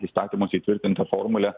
įstatymuose įtvirtintą formulę